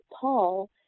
Paul